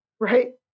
Right